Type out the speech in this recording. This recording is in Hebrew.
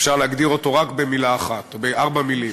אפשר להגדיר אותו בארבע מילים: